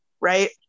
right